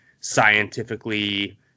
scientifically